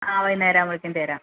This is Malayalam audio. ആ വൈകുന്നേരം ആവുമ്പോഴേക്കും തരാം